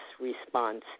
response